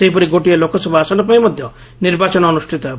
ସେହିପରି ଗୋଟିଏ ଲୋକସଭା ଆସନ ପାଇଁ ମଧ୍ଧ ନିର୍ବାଚନ ଅନୁଷିତ ହେବ